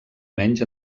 menys